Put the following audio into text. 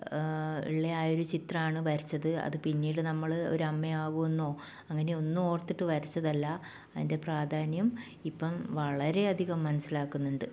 ഉള്ള ആ ഒരു ചിത്രമാണ് വരച്ചത് അത് പിന്നീട് നമ്മൾ ഒരു അമ്മയാകുമെന്നോ അങ്ങനെ ഒന്നും ഓർത്തിട്ട് വരച്ചതല്ല അതിൻ്റെ പ്രാധാന്യം ഇപ്പം വളരെയധികം മനസ്സിലാക്കുന്നുണ്ട്